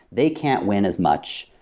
they can't win as much.